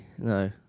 No